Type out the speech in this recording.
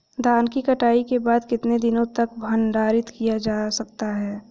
धान की कटाई के बाद कितने दिनों तक भंडारित किया जा सकता है?